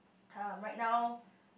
uh right now